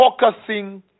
focusing